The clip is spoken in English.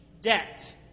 debt